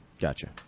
Gotcha